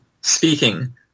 speaking